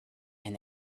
and